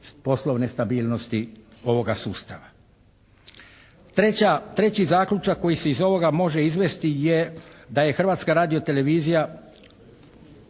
poslovne stabilnosti ovoga sustava. Treći zaključak koji se iz ovoga može izvesti je da je Hrvatska radio-televizija